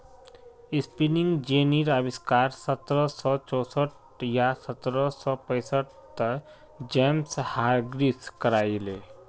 spinning जेनीर अविष्कार सत्रह सौ चौसठ या सत्रह सौ पैंसठ त जेम्स हारग्रीव्स करायले